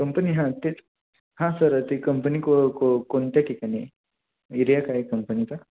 company हां तेच हां सर ते कंपनी को को कोणत्या ठिकाणी आहे एरिया काय कंपनीचा